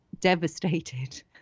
devastated